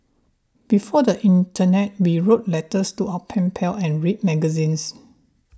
before the internet we wrote letters to our pen pals and read magazines